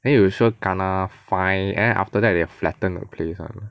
then you sure kena fine then after that they have to flatten the place [one]